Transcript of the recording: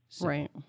Right